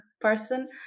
person